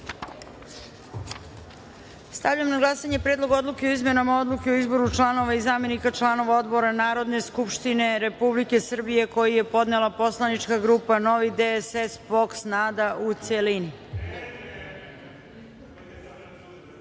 sali. Stavljam na glasanje Predlog odluke o izmenama odluke o izboru članova i zamena članova odbora Narodne skupštine Republike Srbije koji je podnela poslanička grupa Novi DSS – POKS - NADA,